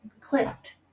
clicked